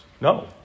No